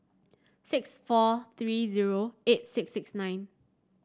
six four three zero eight six six nine